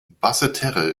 basseterre